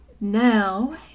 Now